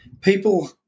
people